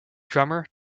drummer